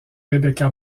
rebecca